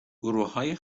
گروههای